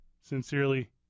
sincerely